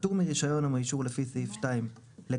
פטור מרישיון או מאישור לפי סעיף 2 לגבי